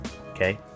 Okay